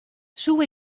soe